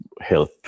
help